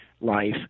life